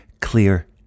clear